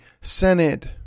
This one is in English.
Senate